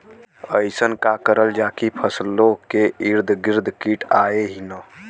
अइसन का करल जाकि फसलों के ईद गिर्द कीट आएं ही न?